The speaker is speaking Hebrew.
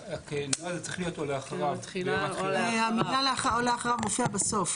המילה "או לאחריו" מופיעה בסוף.